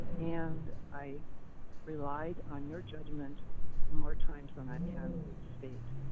and i relied on your judgement more times than i can state.